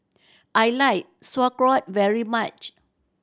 I like Sauerkraut very much